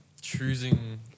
choosing